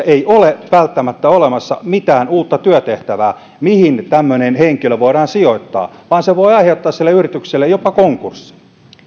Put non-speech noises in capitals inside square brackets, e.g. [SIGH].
[UNINTELLIGIBLE] ei ole välttämättä olemassa mitään uutta työtehtävää mihin tämmöinen henkilö voidaan sijoittaa vaan se voi aiheuttaa sille yritykselle jopa konkurssin